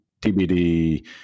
TBD